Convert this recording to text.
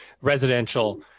residential